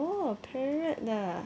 oo parrot ah